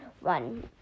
one